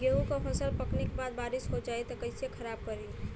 गेहूँ के फसल पकने के बाद बारिश हो जाई त कइसे खराब करी फसल के?